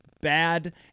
bad